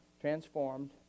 transformed